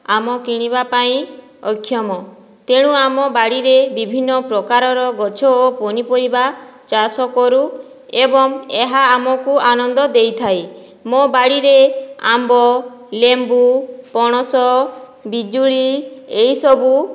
ଆମ କିଣିବାପାଇଁ ଅକ୍ଷମ ତେଣୁ ଆମ ବାଡ଼ିରେ ବିଭିନ୍ନପ୍ରକାରର ଗଛ ଓ ପନିପରିବା ଚାଷ କରୁ ଏବଂ ଏହା ଆମକୁ ଆନନ୍ଦ ଦେଇଥାଏ ମୋ ବାଡ଼ିରେ ଆମ୍ବ ଲେମ୍ବୁ ପଣସ ପିଜୁଳି ଏଇସବୁ